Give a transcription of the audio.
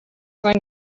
going